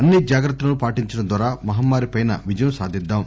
అన్ని జాగ్రత్తలను పాటించడం ద్వారా మహమ్మారిపై విజయం సాధిద్దాం